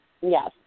Yes